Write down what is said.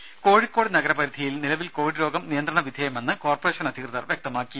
രുമ കോഴിക്കോട് നഗര പരിധിയിൽ നിലവിൽ കോവിഡ് രോഗം നിയന്ത്രണവിധേയമെന്ന് കോർപ്പറേഷൻ അധികൃതർ വ്യക്തമാക്കി